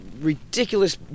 ridiculous